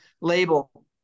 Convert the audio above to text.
label